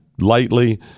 lightly